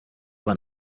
bana